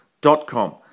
dot-com